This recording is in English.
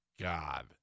God